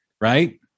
Right